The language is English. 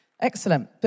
Excellent